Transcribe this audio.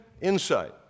insight